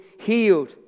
healed